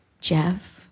Jeff